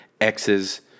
X's